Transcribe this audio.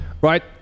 right